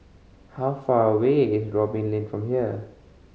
how far away is Robin Lane from here